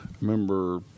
remember